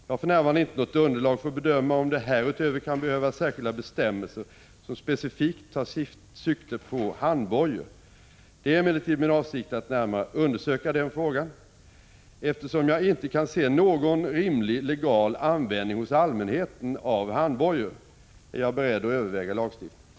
Jag har för närvarande inte något underlag för att bedöma, om det härutöver kan behövas särskilda bestämmelser som specifikt tar sikte på handbojor. Det är emellertid min avsikt att närmare undersöka denna fråga. Eftersom jag inte kan se någon rimlig legal användning hos allmänheten av handbojor, är jag beredd att överväga lagstiftning.